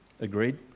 agreed